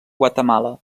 guatemala